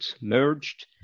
merged